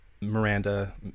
miranda